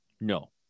No